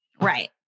Right